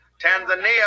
tanzania